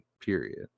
period